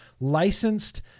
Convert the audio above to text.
licensed